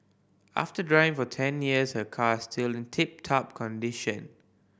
after driving for ten years her car is still in tip top condition